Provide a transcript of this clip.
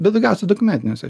bet daugiausia dokumentiniuose